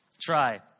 Try